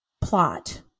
plot